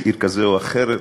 הציבור,